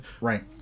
Right